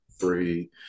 three